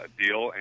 deal